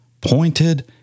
pointed